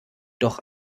doch